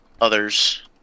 others